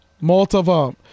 multiple